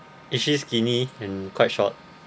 is she skinny and quite short